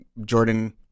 Jordan